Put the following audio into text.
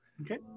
Okay